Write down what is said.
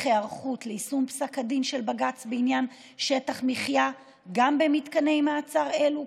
היערכות ליישום פסק הדין של בג"ץ בעניין שטח המחיה גם במתקני מעצר אלה,